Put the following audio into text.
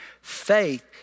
Faith